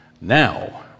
now